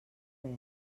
pes